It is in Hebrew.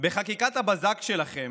בחקיקת הבזק שלכם,